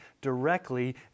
directly